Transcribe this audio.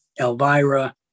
Elvira